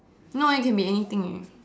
no it can be anything eh